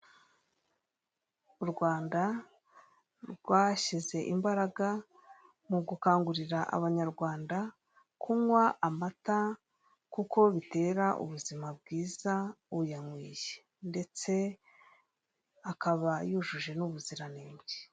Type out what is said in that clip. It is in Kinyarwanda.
U Rwanda rwashyize imbaraga mu gukangurira abanyarwanda kunywa amata, kuko bitera ubuzima bwiza uyanyweye; ndetse akaba yujuje n'ubuziranenge.